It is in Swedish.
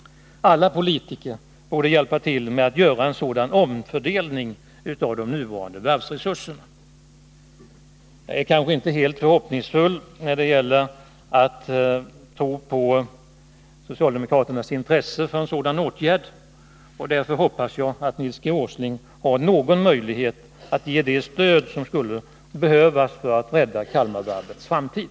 Alla politiker borde hjälpa till med en sådan omfördelning av de nuvarande varvsresurserna. Jag är kanske inte helt förhoppningsfull när det gäller socialdemokraternas intresse för en sådan åtgärd, och därför hoppas jag att Nils G. Åsling har någon möjlighet att ge det stöd som skulle behövas för att rädda Kalmar Varvs framtid.